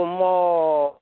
more